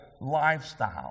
lifestyle